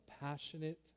passionate